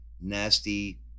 nasty